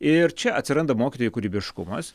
ir čia atsiranda mokytojų kūrybiškumas